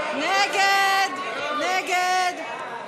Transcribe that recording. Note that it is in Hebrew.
סעיף תקציבי 46,